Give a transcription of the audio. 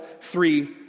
three